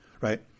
right